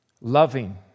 loving